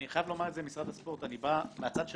אני חייב לומר למשרד הספורט, אני בא מהצד שלכם,